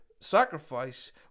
sacrifice